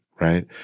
right